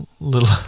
little